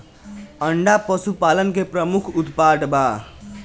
अंडा पशुपालन के प्रमुख उत्पाद बा